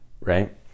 right